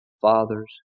Father's